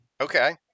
Okay